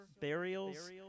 Burials